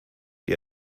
die